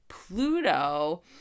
Pluto